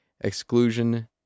exclusion